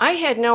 i had no